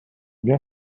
bien